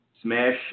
smash